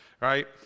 Right